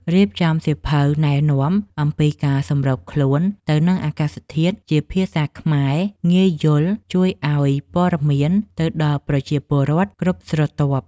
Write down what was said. រៀបចំសៀវភៅណែនាំអំពីការសម្របខ្លួនទៅនឹងអាកាសធាតុជាភាសាខ្មែរងាយយល់ជួយឱ្យព័ត៌មានទៅដល់ប្រជាពលរដ្ឋគ្រប់ស្រទាប់។